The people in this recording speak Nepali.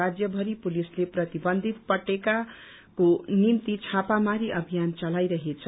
राज्यभरि पुलिसले प्रतिबन्धित पटेखाको निम्ति छापामारी अभियान चलाइरहेछ